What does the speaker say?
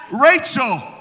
Rachel